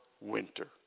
winter